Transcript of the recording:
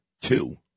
two